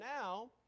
now